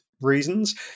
reasons